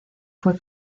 fue